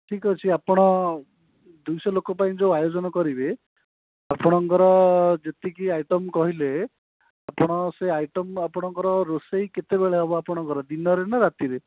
ଠିକ୍ ଅଛି ଆପଣ ଦୁଇଶହ ଲୋକ ପାଇଁ ଯେଉଁ ଆୟୋଜନ କରିବେ ଆପଣଙ୍କର ଯେତିକି ଆଇଟମ୍ କହିଲେ ଆପଣ ସେ ଆଇଟମ୍ ଆପଣଙ୍କର ରୋଷେଇ କେତେବେଳେ ହେବ ଆପଣଙ୍କର ଦିନରେ ନା ରାତିରେ